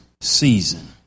season